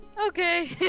Okay